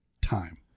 time